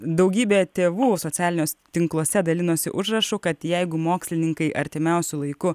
daugybė tėvų socialiniuos tinkluose dalinosi užrašu kad jeigu mokslininkai artimiausiu laiku